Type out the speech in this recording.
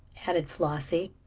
added flossie.